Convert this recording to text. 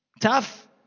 Tough